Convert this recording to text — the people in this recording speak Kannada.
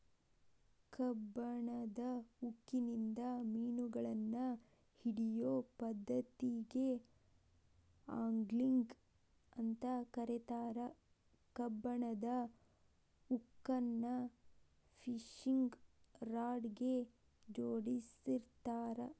ಕಬ್ಬಣದ ಹುಕ್ಕಿನಿಂದ ಮಿನುಗಳನ್ನ ಹಿಡಿಯೋ ಪದ್ದತಿಗೆ ಆಂಗ್ಲಿಂಗ್ ಅಂತ ಕರೇತಾರ, ಕಬ್ಬಣದ ಹುಕ್ಕನ್ನ ಫಿಶಿಂಗ್ ರಾಡ್ ಗೆ ಜೋಡಿಸಿರ್ತಾರ